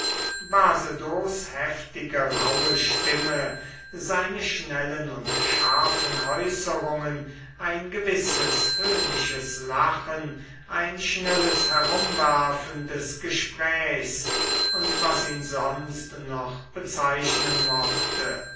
heftige rauhe stimme seine schnellen und scharfen äußerungen ein gewisses höhnisches lachen ein schnelles herumwerfen des gesprächs und was ihn sonst noch bezeichnen mochte